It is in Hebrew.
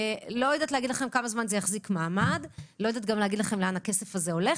אני לא יודעת להגיד לכם כמה זמן זה יחזיק מעמד או לאן הכסף הזה הולך,